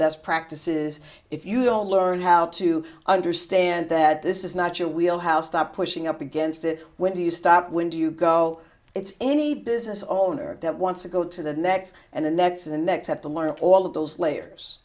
best practices if you don't learn how to understand that this is not your wheel house stop pushing up against it when do you stop when do you go it's any business owner that wants a go to the next and the next and next have to learn all of those layers